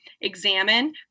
examine